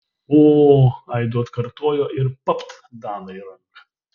o aidu atkartojo ir papt danai į ranką